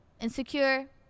insecure